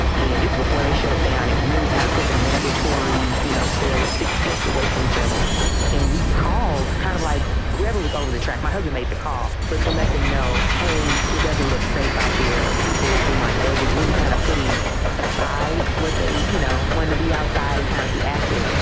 and before they shut it down. it and really kind of put the mandatory, you know, steel was six feet away from each other and we called kind of like whoever was over the track, my husband made the call. but to let them know, hey, it doesn't look safe out there. people seem like they're just really kind of putting aside what they, you know, went to be outside and kind of be active.